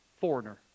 foreigner